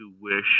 wish